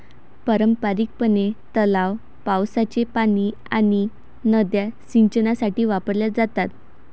पारंपारिकपणे, तलाव, पावसाचे पाणी आणि नद्या सिंचनासाठी वापरल्या जातात